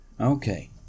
Okay